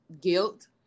guilt